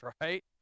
right